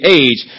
age